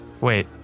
Wait